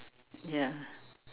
ya